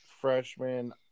freshman –